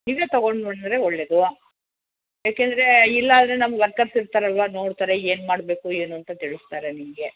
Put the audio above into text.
ಇಲ್ಲೇ ತಗೊಂಡು ಬಂದರೆ ಒಳ್ಳೇದು ಯಾಕೆಂದರೇ ಇಲ್ಲಾದರೆ ನಮ್ಮ ವರ್ಕರ್ಸ್ ಇರ್ತಾರೆ ಅಲ್ಲವಾ ನೋಡ್ತಾರೆ ಏನು ಮಾಡಬೇಕು ಏನು ಅಂತ ತಿಳಿಸ್ತಾರೆ ನಿಮಗೆ